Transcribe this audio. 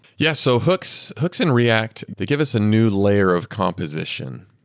yeah. so hooks hooks and react, they give us a new layer of composition.